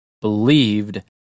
believed